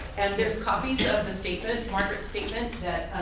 and there's copies of the statement, margaret's statement,